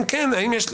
ואם כן,